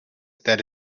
that